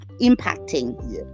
impacting